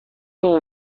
اون